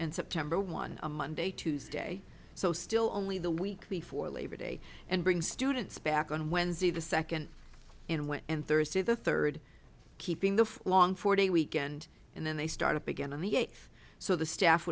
and september one monday tuesday so still only the week before labor day and bring students back on wednesday the second and went and thursday the third keeping the long four day weekend and then they start up again on the eighth so the staff